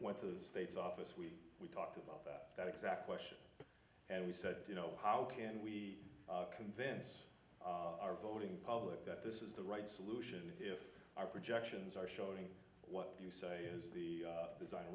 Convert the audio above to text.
went to the states office we talked about that exact question and we said you know how can we convince our voting public that this is the right solution if our projections are showing what you say is the design